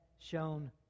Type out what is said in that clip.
shown